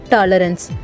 Tolerance